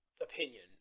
opinion